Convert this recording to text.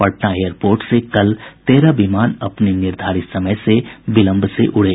Patna airport से कल तेरह विमान अपने निर्धारित समय से विलंब से उड़े